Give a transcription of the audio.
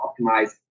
Optimize